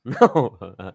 No